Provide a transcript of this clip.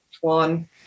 one